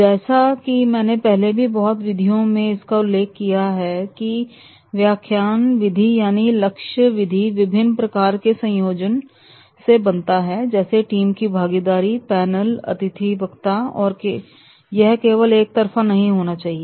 जैसा कि मैंने पहले भी बहुत विधियों में इसका उल्लेख किया की व्याख्यान विधि यानी लक्ष्य विधि विभिन्न प्रकारों के संयोजन से बनता है जैसे टीम की भागीदारी पैनल अतिथि वक्ता और यह केवल एक तरफा नहीं होना चाहिए